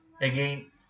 Again